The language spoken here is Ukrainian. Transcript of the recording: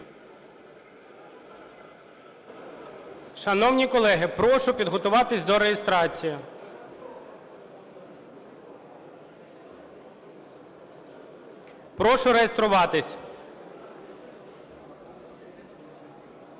Шановні колеги, прошу підготуватися до реєстрації. Прошу реєструватися.